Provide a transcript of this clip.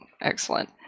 Excellent